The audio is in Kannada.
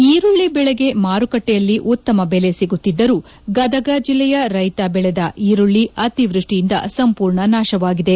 ಈರುಳ್ಳಿ ಬೆಳೆಗೆ ಮಾರುಕಟ್ಟೆಯಲ್ಲಿ ಉತ್ತಮ ಬೆಲೆ ಸಿಗುತ್ತಿದ್ದರೂ ಗದಗ ಜಿಲ್ಲೆಯ ರೈತ ಬೆಳೆದ ಈರುಳ್ಳಿ ಅತಿವ್ಯಷ್ಟಿಯಿಂದ ಸಂಪೂರ್ಣ ನಾಶವಾಗಿದೆ